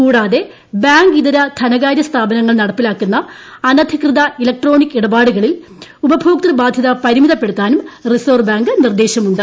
കൂടാതെ ബാങ്കിത്ര ധനകാര്യ സ്ഥാപനങ്ങൾ നടപ്പിലാക്കുന്ന അനധികൃത് ഇലക്ട്രോണിക് ഇടപാടുകളിൽ ഉപഭോക്തൃ ബാധ്യത പ്രിമിതപ്പെടുത്താനും റിസർവ്വ് ബാങ്ക് നിർദ്ദേശമുണ്ട്